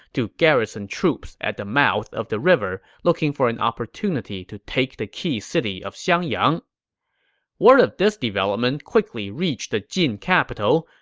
to garrison troops at the mouth of the river, looking for an opportunity to take the key city of xiangyang word of this development quickly reached the jin capital,